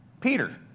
Peter